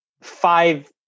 five